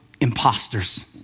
imposters